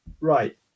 right